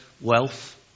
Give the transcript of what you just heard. wealth